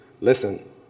listen